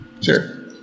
sure